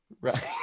Right